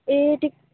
ए टिक